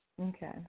Okay